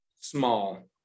Small